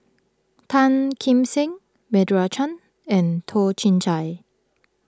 Tan Kim Seng Meira Chand and Toh Chin Chye